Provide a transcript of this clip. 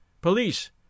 police